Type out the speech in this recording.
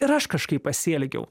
ir aš kažkaip pasielgiau